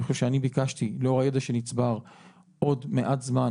אני חושב שאני ביקשתי לאור הידע שנצבר עוד מעט זמן